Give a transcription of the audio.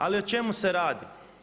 Ali o čemu se radi?